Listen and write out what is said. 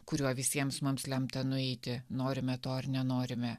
kuriuo visiems mums lemta nueiti norime to ar nenorime